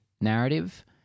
narrative